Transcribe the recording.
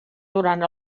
durant